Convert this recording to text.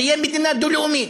תהיה מדינה דו-לאומית.